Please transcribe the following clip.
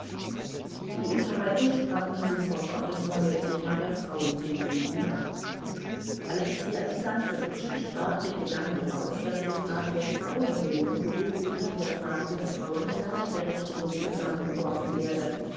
die unterhaltung sprang nun sofort auf das neue thema der frauenbildung über alexei alexandrowitsch sprach den gedanken aus daß die frage der frauenbildung gewöhnlich mit der frage der frauengleichberechtigung zusammengeworfen werde